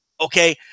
Okay